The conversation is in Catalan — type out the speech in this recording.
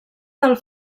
del